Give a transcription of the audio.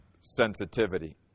sensitivity